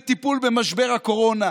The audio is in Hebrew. בטיפול במשבר הקורונה.